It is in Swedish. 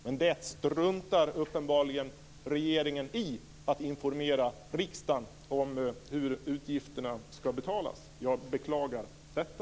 Men uppenbarligen struntar regeringen i att informera riksdagen om hur utgifterna ska betalas. Jag beklagar detta.